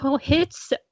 hits